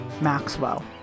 Maxwell